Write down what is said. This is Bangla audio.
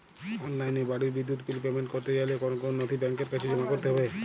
অনলাইনে বাড়ির বিদ্যুৎ বিল পেমেন্ট করতে চাইলে কোন কোন নথি ব্যাংকের কাছে জমা করতে হবে?